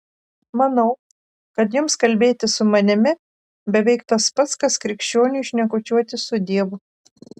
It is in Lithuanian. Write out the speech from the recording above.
manau kad jums kalbėtis su manimi beveik tas pats kas krikščioniui šnekučiuotis su dievu